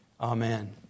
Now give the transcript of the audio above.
Amen